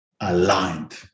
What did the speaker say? aligned